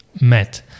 met